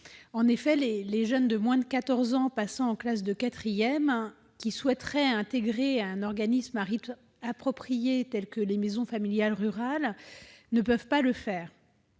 En effet, les jeunes de moins de 14 ans passant en classe de quatrième qui souhaiteraient intégrer un organisme à rythme approprié tel que les maisons familiales rurales ne peuvent pas le faire.